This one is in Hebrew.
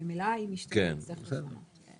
ממילא אם ישתנו, נצטרך לשנות.